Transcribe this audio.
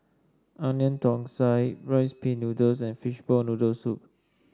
Onion Thosai Rice Pin Noodles and Fishball Noodle Soup